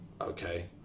Okay